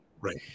right